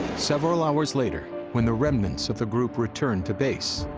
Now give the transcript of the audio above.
several hours later, when the remnants of the group returned to base,